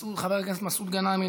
חבר הכנסת מסעוד גנאים,